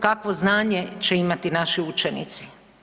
Kakvo znanje će imati naši učenici?